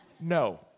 no